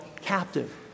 captive